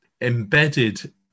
embedded